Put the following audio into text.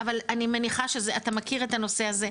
אני מניחה שאתה מכיר את הנושא הזה,